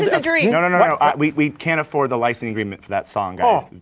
and adriene and and but ah we we can't afford the licensing agreement for that song ah